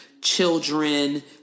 children